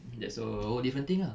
that's a whole different thing ah